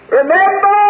remember